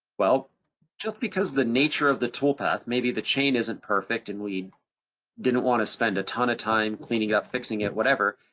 well just because of the nature of the toolpath, maybe the chain isn't perfect, and we didn't wanna spend a ton of time cleaning up, fixing it, whatever,